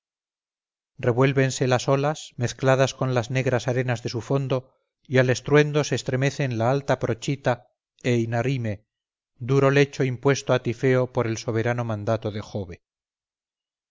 piélago revuélvense las olas mezcladas con las negras arenas de su fondo y al estruendo se estremecen la alta prochita e inarime duro lecho impuesto a tifeo por el soberano mandato de jove